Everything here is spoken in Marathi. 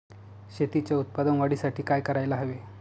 शेतीच्या उत्पादन वाढीसाठी काय करायला हवे?